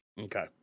Okay